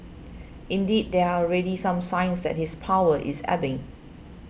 indeed there are already some signs that his power is ebbing